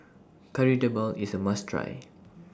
Kari Debal IS A must Try